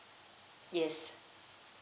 yes